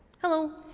hello.